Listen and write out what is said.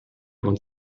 wants